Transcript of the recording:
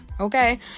okay